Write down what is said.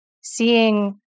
seeing